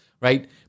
right